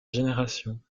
génération